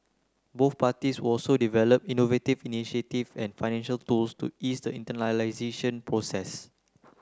both parties will also develop innovative initiatives and financial tools to ease the internationalisation process